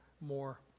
more